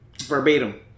Verbatim